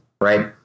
right